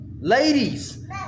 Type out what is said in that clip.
Ladies